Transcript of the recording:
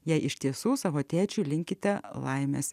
jei iš tiesų savo tėčiui linkite laimės